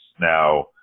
now